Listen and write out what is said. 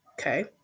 okay